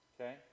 Okay